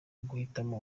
guhitamo